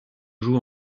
joue